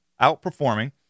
outperforming